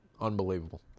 Unbelievable